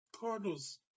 Cardinals